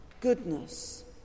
goodness